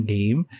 Game